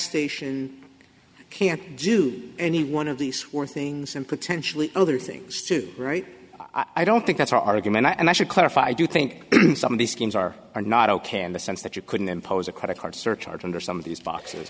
station can't do any one of these were things and potentially other things too right i don't think that's our argument and i should clarify i do think some of these schemes are are not ok in the sense that you couldn't impose a credit card surcharge under some of these boxes